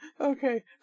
Okay